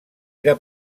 era